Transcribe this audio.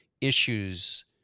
issues